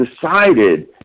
decided